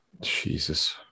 Jesus